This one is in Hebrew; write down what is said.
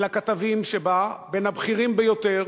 ולכתבים שבה, בין הבכירים ביותר,